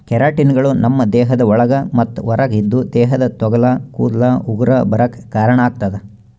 ಕೆರಾಟಿನ್ಗಳು ನಮ್ಮ್ ದೇಹದ ಒಳಗ ಮತ್ತ್ ಹೊರಗ ಇದ್ದು ದೇಹದ ತೊಗಲ ಕೂದಲ ಉಗುರ ಬರಾಕ್ ಕಾರಣಾಗತದ